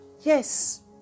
yes